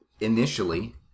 initially